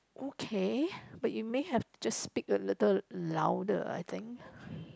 okay but you may have just speak a little louder I think